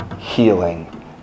healing